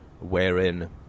wherein